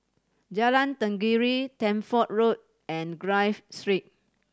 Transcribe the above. Jalan Tenggiri Deptford Road and Clive Street